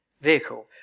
vehicle